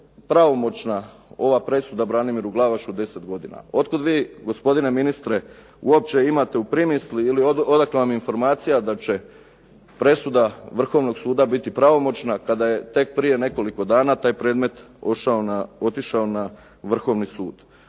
pravomoćna ova presuda Branimiru Glavašu 10 godina. Otkud vi gospodine ministre uopće imate u primisli, ili odakle vam informacija da će presuda Vrhovnog suda biti pravomoćna kada je tek prije nekoliko dana taj predmet otišao na Vrhovni sud?